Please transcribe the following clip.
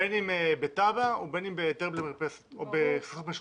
בין אם בתב"ע ובין אם בהיתר מרפסת או בסכסוכי שכנים.